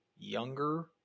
Younger